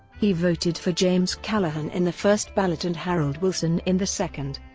he voted for james callaghan in the first ballot and harold wilson in the second.